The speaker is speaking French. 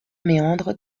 méandres